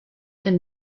and